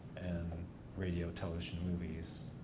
and radio, television, movies,